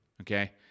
Okay